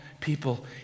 people